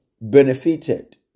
benefited